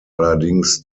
allerdings